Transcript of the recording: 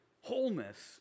wholeness